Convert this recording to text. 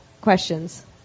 questions